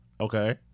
okay